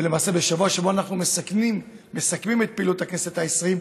ולמעשה בשבוע שבו אנחנו מסכמים את פעילות הכנסת העשרים,